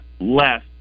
less